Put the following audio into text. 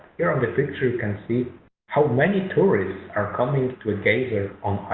here on the picture you can see how many? tourists are coming to geysers on